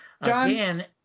Again